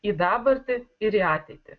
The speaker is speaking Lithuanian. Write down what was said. į dabartį ir į ateitį